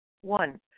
One